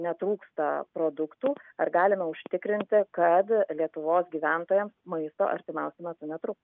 netrūksta produktų ar galime užtikrinti kad lietuvos gyventojams maisto artimiausiu metu netrūks